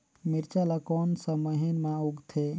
मिरचा ला कोन सा महीन मां उगथे?